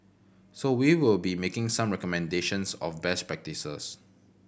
so we will be making some recommendations of best practices